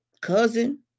cousin